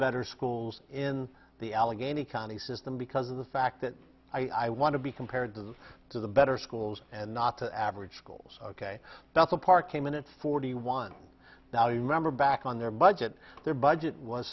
better schools in the allegheny county system because of the fact that i want to be compared them to the better schools and not the average schools ok that's a part came in it's forty one now do you remember back on their budget their budget was